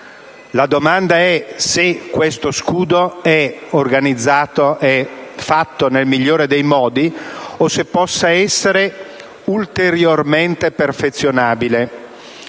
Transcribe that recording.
la domanda è se questo scudo è organizzato nel migliore dei modi o se possa essere ulteriormente perfezionabile.